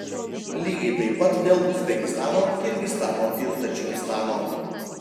lygiai taip pat dėl uzbekistano kirgizstano ir tadžikistano